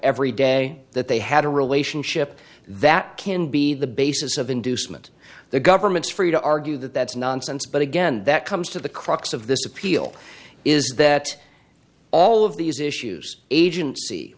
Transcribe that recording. every day that they had a relationship that can be the basis of inducement the government's for you to argue that that's nonsense but again that comes to the crux of this appeal is that all of these issues agency